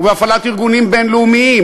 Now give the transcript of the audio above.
ובהפעלת ארגונים בין-לאומיים,